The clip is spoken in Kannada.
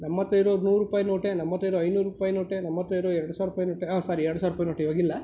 ನಮ್ಮತ್ರ ಇರೋ ನೂರು ರೂಪಾಯಿ ನೋಟೆ ನಮ್ಮತ್ರ ಇರೋ ಐನೂರು ರೂಪಾಯಿ ನೋಟೆ ನಮ್ಮತ್ರ ಇರೋ ಎರಡು ಸಾವಿರ ರೂಪಾಯಿ ನೋಟೆ ಆ ಸಾರಿ ಎರಡು ಸಾವಿರ ರೂಪಾಯಿ ನೋಟ್ ಈವಾಗ ಇಲ್ಲ